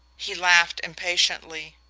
he laughed impatiently.